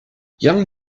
young